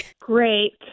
Great